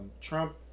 Trump